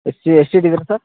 ಎಷ್ಟು ಸೀಟಿದ್ದೀರಾ ಸರ್